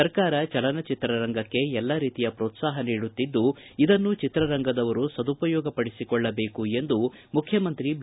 ಸರ್ಕಾರ ಚಲನಚಿತ್ರ ರಂಗಕ್ಕೆ ಎಲ್ಲ ರೀತಿಯ ಪ್ರೋತ್ಸಾಪ ನೀಡುತ್ತಿದ್ದು ಇದನ್ನು ಚಿತ್ರರಂಗದವರು ಸದುಪಯೋಗ ಪಡಿಸಿಕೊಳ್ಳಬೇಕು ಎಂದು ಮುಖ್ಯಮಂತ್ರಿ ಬಿ